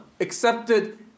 accepted